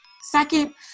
Second